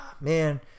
man